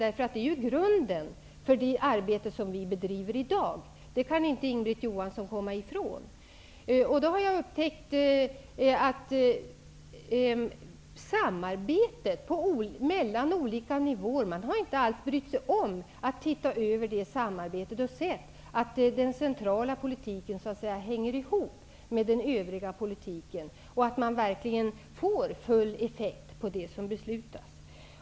Det utgör grunden för det arbete vi bedriver i dag. Det kan inte Inga-Britt Johansson komma ifrån. Jag har upptäckt att man inte har brytt sig om att se över samarbetet mellan olika nivåer för att se efter om den centrala politiken hänger ihop med den övriga politiken och att det blir full effekt av fattade beslut.